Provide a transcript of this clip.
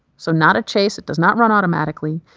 so not a chase, it does not run automatically.